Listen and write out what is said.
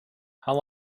how